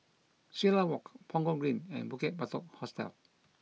Silat Walk Punggol Green and Bukit Batok Hostel